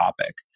topic